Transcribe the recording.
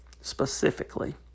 specifically